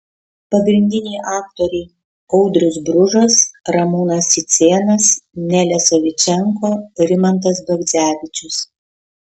pagrindiniai aktoriai audrius bružas ramūnas cicėnas nelė savičenko rimantas bagdzevičius